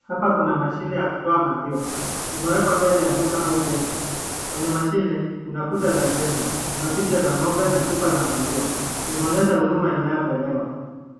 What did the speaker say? Hapa kuna mashine ya kutoa maziwa. Imewekwa mbele ya duka au jengo. Kwenye mashine kuna kuta za jengo, kuna picha za ngombe na chupa za maziwa. Inaonyesha huduma inayotolewa.